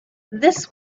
this